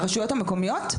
הרשויות המקומיות?